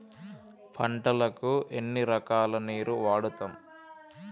పంటలకు ఎన్ని రకాల నీరు వాడుతం?